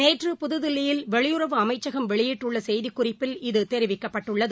நேற்று புதுதில்லியில் வெளியுறவு அமைச்சகம் வெளியிட்டுள்ள செய்திக்குறிப்பில் இத தெரிவிக்கப்பட்டுள்ளது